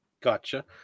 Gotcha